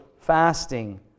Fasting